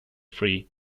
free